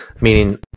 meaning